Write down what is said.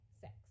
sex